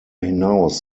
hinaus